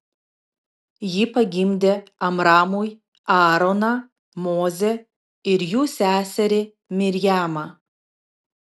ji pagimdė amramui aaroną mozę ir jų seserį mirjamą